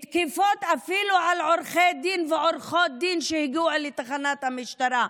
תקיפות אפילו על עורכי דין ועורכות דין שהגיעו לתחנת המשטרה.